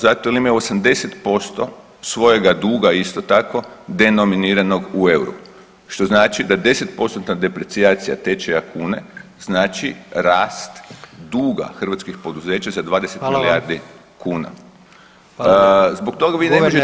Zato jel imaju 80% svojega duga isto tako denominiranog u EUR-u, što znači da 10%-tna deprecijacija tečaja kune znači rast duga hrvatskih poduzeća za 20 milijardi [[Upadica: Hvala vam]] kuna [[Upadica: Hvala lijepa]] Zbog toga vi ne možete…